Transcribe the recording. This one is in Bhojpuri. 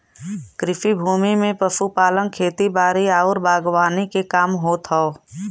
कृषि भूमि में पशुपालन, खेती बारी आउर बागवानी के काम होत हौ